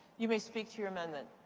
you may speak to your amendment.